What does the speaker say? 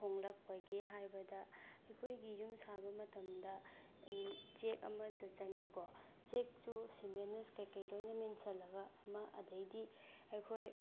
ꯍꯣꯡꯂꯛꯄꯒꯦ ꯍꯥꯏꯕꯗ ꯑꯩꯈꯣꯏꯒꯤ ꯌꯨꯝ ꯁꯥꯕ ꯃꯇꯝꯗ ꯆꯦꯛ ꯑꯃꯗ ꯆꯪꯉꯤꯀꯣ ꯆꯦꯛꯁꯨ ꯁꯤꯃꯦꯟꯅ ꯀꯩꯀꯩ ꯂꯣꯏꯅ ꯃꯦꯟꯁꯤꯜꯂꯒ ꯑꯃ ꯑꯗꯩꯗꯤ ꯑꯩꯈꯣꯏ